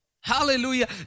Hallelujah